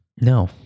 No